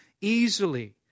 easily